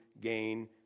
gain